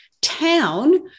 town